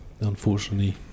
unfortunately